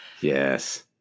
Yes